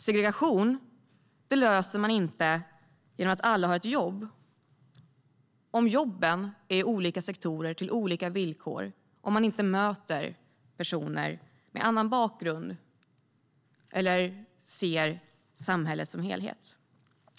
Segregation löser man inte genom att alla har ett jobb, om jobben är i olika sektorer och med olika villkor och om människor inte möter personer med annan bakgrund eller ser samhället som helhet.